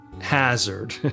hazard